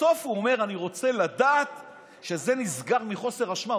בסוף הוא אומר: אני רוצה לדעת שזה נסגר מחוסר אשמה.